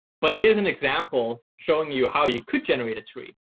but it is an example showing you how you could generate a tree.